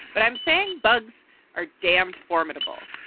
but i'm saying bugs are damned formidable.